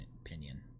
opinion